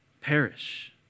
perish